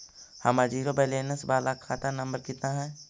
हमर zero balance बाला खाता नम्बर कितना है?